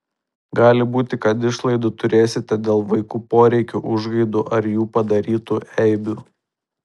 gali būti kad išlaidų turėsite dėl vaikų poreikių užgaidų ar jų padarytų eibių